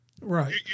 Right